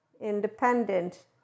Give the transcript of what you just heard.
independent